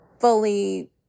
fully